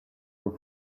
were